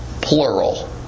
plural